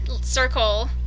circle